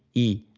e,